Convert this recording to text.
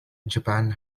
japan